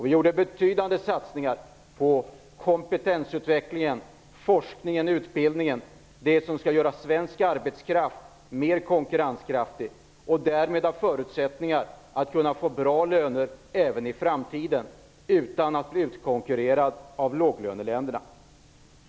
Vi gjorde betydande satsningar på kompetensutveckling, forskning och utbildning, det som skall göra svensk arbetskraft mer konkurrenskraftig och därmed skapa förutsättningar för bra löner även i framtiden utan att vi blir utkonkurrerade av låglöneländerna.